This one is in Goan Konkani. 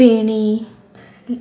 पेणी